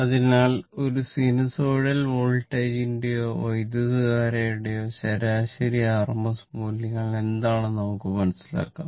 അതിനാൽ ഒരു സിനോസോയ്ഡൽ വോൾട്ടേജിന്റെയോ വൈദ്യുതധാരയുടെയോ ശരാശരി RMS മൂല്യങ്ങൾ എന്താണെന്നു നമുക്ക് മനസിലാക്കാം